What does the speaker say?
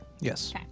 Yes